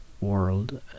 world